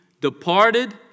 departed